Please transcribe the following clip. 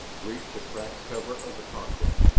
reach the cracked cover of the cockpit.